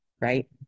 Right